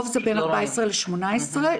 בין 14-18,